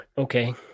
Okay